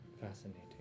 Fascinating